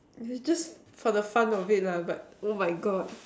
it's just for the fun of it lah but oh my God